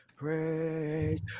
Praise